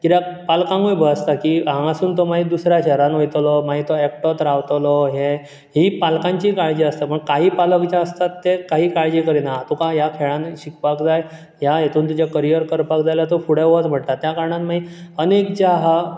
कित्याक पालकांकूय भंय आसता की हांगासून मागीर तो दुसऱ्या शारांन वयतलो मागीर एकटोत रावतलो हे ही पालकांची काळजी आसता काही पालक जे आसतात ते काही काळजी करनात तुका ह्या खेळान शकपाक जाय ह्या हितून तुजे करीयर करपाक जाय तूं फुडे वच म्हणटात ह्या कारणांन मागीर अनेक जे हा